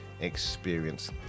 experience